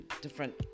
different